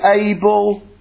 able